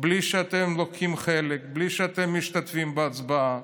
בלי שאתם לוקחים חלק, בלי שאתם משתתפים בהצבעה,